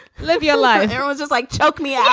live your life. there was just like, choke me out.